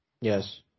Yes